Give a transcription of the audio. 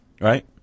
right